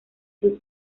sus